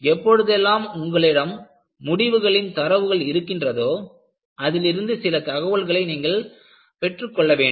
எப்பொழுதெல்லாம் உங்களிடம் முடிவுகளின் தரவுகள் இருக்கின்றதோ அதிலிருந்து சில தகவல்களை நீங்கள் பெற்றுக்கொள்ள வேண்டும்